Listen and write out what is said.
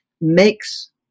makes